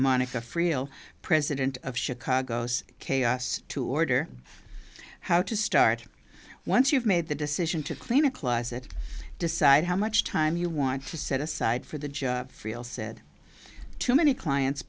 friel president of chicago's chaos to order how to start once you've made the decision to clean a closet decide how much time you want to set aside for the job feel said to many clients